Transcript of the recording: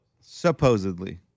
supposedly